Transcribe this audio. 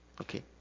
okay